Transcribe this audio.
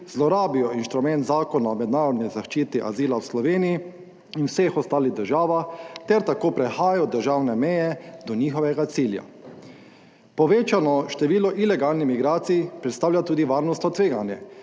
zlorabijo inštrument Zakona o mednarodni zaščiti azila v Sloveniji in v vseh ostalih državah ter tako prehajajo državne meje do njihovega cilja. Povečano število ilegalnih migracij predstavlja tudi varnostno tveganje,